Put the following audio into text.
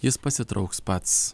jis pasitrauks pats